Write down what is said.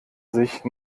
sich